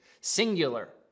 singular